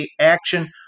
action